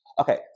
Okay